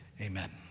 amen